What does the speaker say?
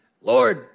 Lord